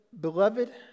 Beloved